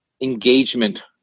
engagement